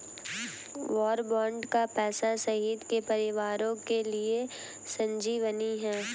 वार bond का पैसा शहीद के परिवारों के लिए संजीवनी है